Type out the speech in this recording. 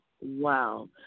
Wow